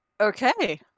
Okay